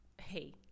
Hey